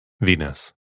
Venus